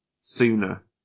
sooner